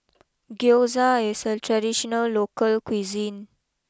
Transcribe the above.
Gyoza is a traditional local cuisine